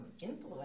influence